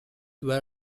wear